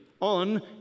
on